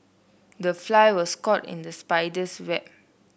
the fly was caught in the spider's web